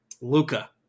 Luca